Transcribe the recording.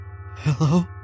Hello